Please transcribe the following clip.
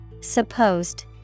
Supposed